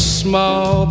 small